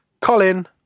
Colin